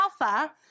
alpha